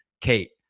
Kate